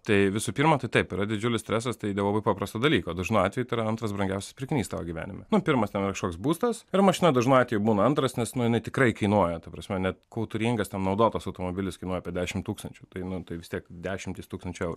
tai visų pirma tai taip yra didžiulis stresas tai dėl labai paprasto dalyko dažnu atveju tai yra antras brangiausias pirkinys tavo gyvenime na pirmas ten kažkoks būstas ir mašina dažnai būna antras nes nu jinai tikrai kainuoja ta prasme net kultūringas ten naudotas automobilis kainuoja apie dešimt tūkstančių tai nu tai vis tiek dešimtys tūkstančių eurų